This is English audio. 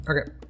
Okay